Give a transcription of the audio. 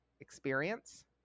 experience